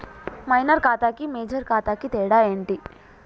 Minor ఖాతా కి major ఖాతా కి తేడా ఏంటి?